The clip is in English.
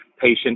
patient